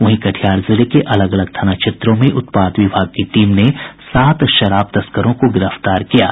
वहीं कटिहार जिले के अलग अलग थाना क्षेत्रों में उत्पाद विभाग की टीम ने सात शराब तस्करों को गिरफ्तार किया है